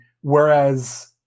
Whereas